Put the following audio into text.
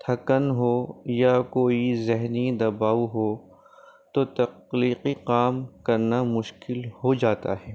تھکن ہو یا کوئی ذہنی دباؤ ہو تو تخلیقی کام کرنا مشکل ہو جاتا ہے